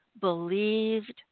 believed